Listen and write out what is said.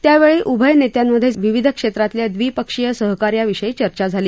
यावेळी उभय नेत्यांमधे विविध क्षेत्रातल्या द्विपक्षीय सहकार्याविषयी चर्चा झाली